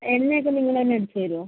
എണ്ണയൊക്കെ നിങ്ങൾ തന്നെ അടിച്ചുതരുമോ